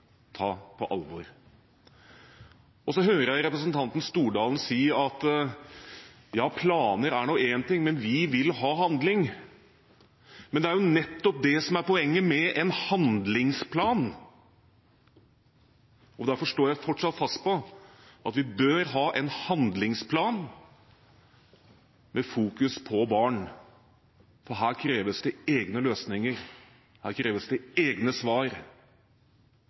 ta på alvor. Så hører jeg representanten Stordalen si at planer er én ting, men vi vil ha handling. Det er nettopp det som er poenget med en handlingsplan. Derfor står jeg fortsatt fast på at vi bør ha en handlingsplan som fokuserer på barn. Her kreves det egne løsninger, her kreves det egne svar.